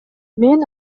мен